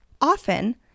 Often